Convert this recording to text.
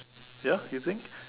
ya you think